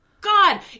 God